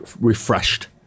refreshed